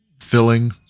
filling